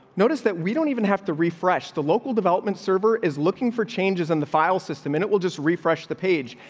noticed that we don't even have to refresh. the local development server is looking for changes in the file system, and it will just refresh the page.